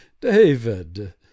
David